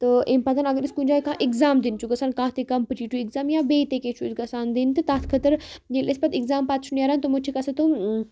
تہٕ امہِ پَتن اگرأس کُنہِ جایہِ کانٛہہ اٮ۪کزام دِنہِ چھُ گژھَن کانٛہہ تہِ کَمپِٹیوٹیوٗ اٮ۪کزام یا بیٚیہِ تہِ کیٚنہہ چھِ گژھان دِنہِ تہِ تَتھ خٲطرٕ ییٚلہِ أسۍ پتہٕ اٮ۪کزام پَتہٕ چھُ نٮ۪ران تمَو چھُکھ آسان تم